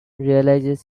realizes